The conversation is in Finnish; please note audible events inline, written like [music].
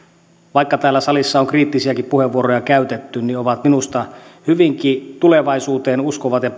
vaikka täällä salissa on kriittisiäkin puheenvuoroja käytetty ovat minusta hyvinkin tulevaisuuteen uskovat ja [unintelligible]